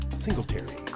Singletary